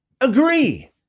agree